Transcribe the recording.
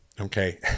okay